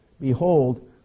Behold